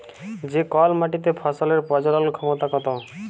যে কল মাটিতে ফসলের প্রজলল ক্ষমতা কত